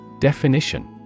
Definition